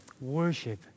worship